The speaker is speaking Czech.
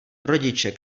rodiče